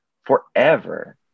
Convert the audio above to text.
forever